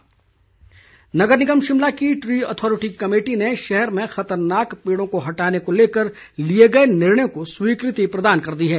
सुरेश भारद्वाज नगर निगम शिमला की ट्री अथोरिटी कमेटी ने शहर में खतरनाक पेडों को हटाने को लेकर लिए गए निर्णय को स्वीकृति प्रदान कर दी है